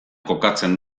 kokatzen